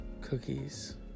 cookies